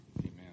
amen